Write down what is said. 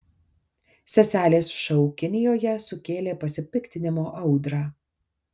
seselės šou kinijoje sukėlė pasipiktinimo audrą